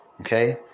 Okay